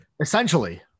Essentially